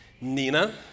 Nina